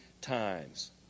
times